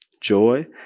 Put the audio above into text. joy